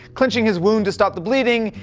clenching his wound to stop the bleeding,